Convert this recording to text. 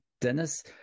Dennis